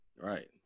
Right